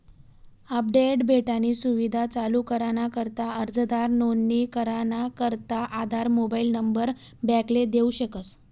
update भेटानी सुविधा चालू कराना करता अर्जदार नोंदणी कराना करता आधार मोबाईल नंबर बॅकले देऊ शकस